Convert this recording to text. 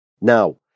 Now